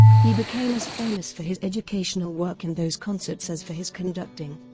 he became as famous for his educational work in those concerts as for his conducting.